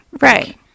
Right